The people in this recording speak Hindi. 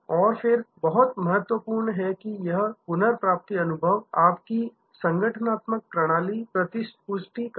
और फिर बहुत महत्वपूर्ण है कि यह पुनर्प्राप्ति अनुभव आपकी संगठनात्मक प्रणाली प्रतिपुष्टि करें